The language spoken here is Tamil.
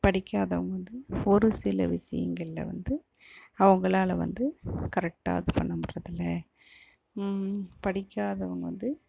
படிக்காதவங்க வந்து ஒரு சில விஷயங்கள்ல வந்து அவங்களால வந்து கரெக்டாக இது பண்ண முடியிறதில்ல படிக்காதவங்க வந்து